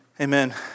Amen